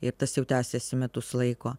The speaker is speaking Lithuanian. ir tas jau tęsiasi metus laiko